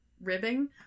ribbing